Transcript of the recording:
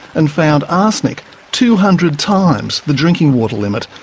and found arsenic two hundred times the drinking water limit,